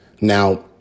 Now